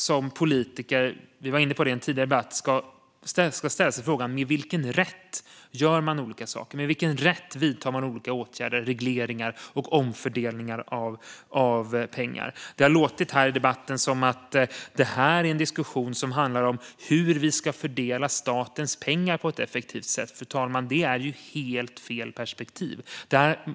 Som politiker ska man ställa sig frågan med vilken rätt man vidtar olika åtgärder, regleringar och omfördelningar av pengar. I debatten har det låtit som att det handlar om hur vi ska fördela statens pengar på ett effektivt sätt, men det är helt fel perspektiv.